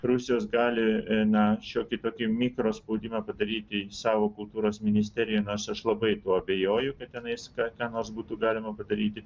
rusijos gali na šiokį tokį mikro spaudimą padaryti savo kultūros ministerijai nors aš labai tuo abejoju kad tenais ką ką nors būtų galima padaryti